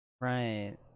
Right